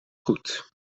goed